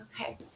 Okay